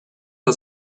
are